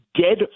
dead